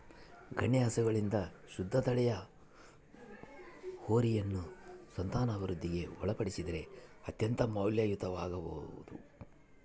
ಗಣ್ಯ ಹಸುಗಳಿಂದ ಶುದ್ಧ ತಳಿಯ ಹೋರಿಯನ್ನು ಸಂತಾನವೃದ್ಧಿಗೆ ಒಳಪಡಿಸಿದರೆ ಅತ್ಯಂತ ಮೌಲ್ಯಯುತವಾಗಬೊದು